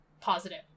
positive